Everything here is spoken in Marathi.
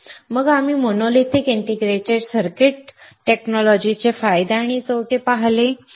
मग आम्ही मोनोलिथिक इंटिग्रेटेड सर्किट तंत्रज्ञानाचे फायदे आणि तोटे पाहिले